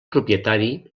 propietari